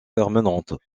permanentes